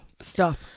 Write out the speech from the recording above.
Stop